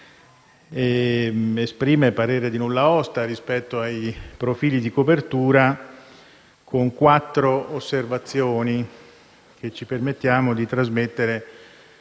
esprime parere di nulla osta rispetto ai profili di copertura con quattro osservazioni, che ci permettiamo di trasmettere